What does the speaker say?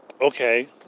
Okay